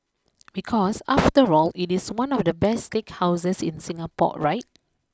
because after all it is one of the best steakhouses in Singapore right